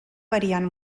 variant